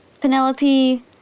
Penelope